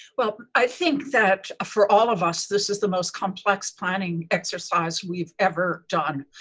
well, i think that for all of us, this is the most complex planning exercise we've ever done.